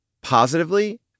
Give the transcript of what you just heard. positively